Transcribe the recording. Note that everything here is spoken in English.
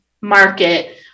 market